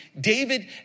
David